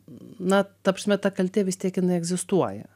na ta prasme ta kaltė vis tiek jinai egzistuoja